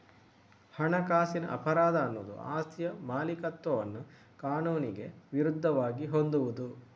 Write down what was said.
ಹಣಕಾಸಿನ ಅಪರಾಧ ಅನ್ನುದು ಆಸ್ತಿಯ ಮಾಲೀಕತ್ವವನ್ನ ಕಾನೂನಿಗೆ ವಿರುದ್ಧವಾಗಿ ಹೊಂದುವುದು